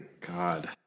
God